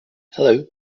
hello